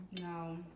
No